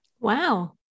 Wow